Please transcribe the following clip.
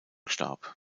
starb